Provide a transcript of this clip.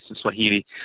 Swahili